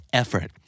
effort